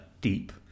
deep